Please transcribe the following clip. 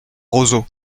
roseaux